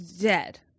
dead